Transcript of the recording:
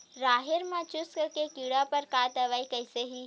राहेर म चुस्क के कीड़ा बर का दवाई कइसे ही?